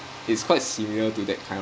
it's quite similar to that kind of